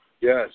Yes